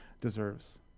deserves